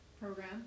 program